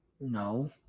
No